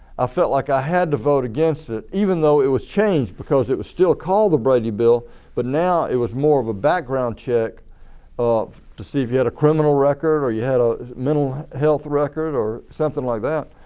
i felt like i had to vote against it even though it was changed because it was still called the brady bill but now it was more of a background check to see if you had a criminal record or you had a mental health record or something like that.